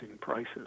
prices